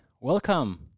welcome